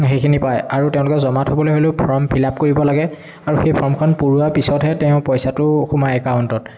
সেইখিনি পায় আৰু তেওঁলোকে জমা থবলৈ হ'লেও ফৰ্ম ফিল আপ কৰিব লাগে আৰু সেই ফৰ্মখন পুৰোৱা পিছতহে তেওঁৰ পইচাটো সোমায় একাউণ্টত